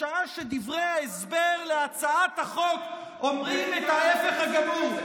בשעה שדברי ההסבר להצעת החוק אומרים את ההפך הגמור,